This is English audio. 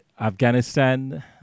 Afghanistan